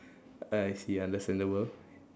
I see understandable